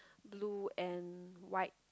blue and white